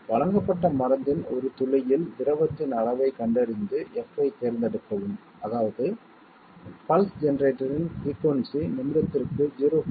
வழங்கப்பட்ட மருந்தின் ஒரு துளியில் திரவத்தின் அளவைக் கண்டறிந்து f ஐத் தேர்ந்தெடுக்கவும் அதாவது பல்ஸ் ஜெனரேட்டரின் பிரிக்குயின்சி நிமிடத்திற்கு 0